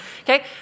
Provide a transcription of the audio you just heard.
Okay